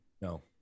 No